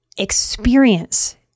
Experience